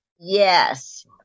Yes